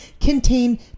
contain